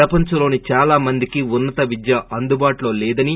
ప్రపంచంలోని చాలా మందికి ఉన్పత విద్య అందుబాటులో లేదని